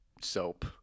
soap